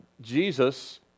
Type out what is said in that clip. Jesus